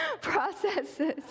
processes